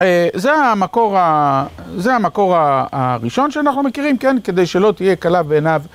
זה המקור הראשון שאנחנו מכירים, כן, כדי שלא תהיה קלה בעיניו.